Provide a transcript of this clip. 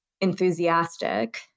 enthusiastic